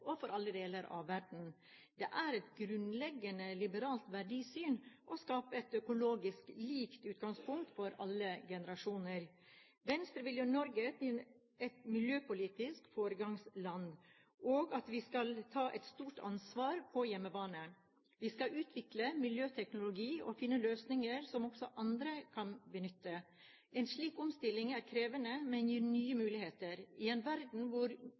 og i alle deler av verden. Det er et grunnleggende liberalt verdisyn å skape et økologisk likt utgangspunkt for alle generasjoner. Venstre vil gjøre Norge til et miljøpolitisk foregangsland, og vi skal ta et stort ansvar på hjemmebane. Vi skal utvikle miljøteknologi og finne løsninger som også andre kan benytte. En slik omstilling er krevende, men det gir nye muligheter. I en verden hvor